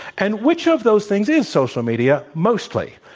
and which of those things is social media mostly?